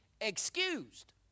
excused